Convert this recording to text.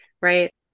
right